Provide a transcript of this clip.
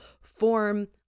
form